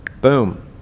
Boom